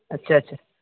اچھا اچھا